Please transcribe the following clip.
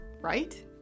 Right